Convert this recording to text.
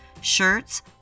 Shirts